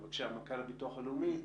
בבקשה, מנכ"ל הביטוח הלאומי,